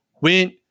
went